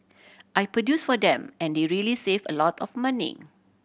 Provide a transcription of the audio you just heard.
I produce for them and they really save a lot of money